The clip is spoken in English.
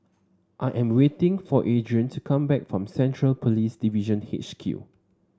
I am waiting for Adrian to come back from Central Police Division H Q